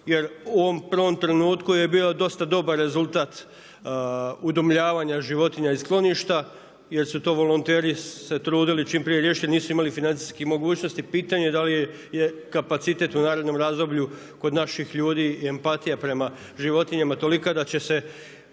jer u ovom prvom trenutku je dosta dobar rezultat udomljavanja životinja iz skloništa jer su to volonteri se trudili čim prije riješiti, jer nisu imali financijskih mogućnosti, pitanje da li je kapacitet u narednom razdoblju kod naših ljudi empatija prema životinjama tolika da će se